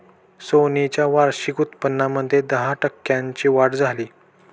Sony च्या वार्षिक उत्पन्नामध्ये दहा टक्क्यांची वाढ झाली